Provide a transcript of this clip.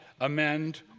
amend